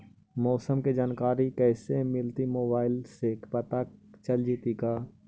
मौसम के जानकारी कैसे मिलतै मोबाईल से पता चल जितै का?